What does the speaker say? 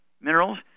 minerals